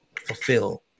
fulfill